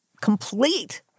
complete